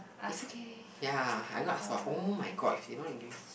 it's okay ya I not ask for oh-my-god if they not gonna give me